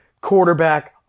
Quarterback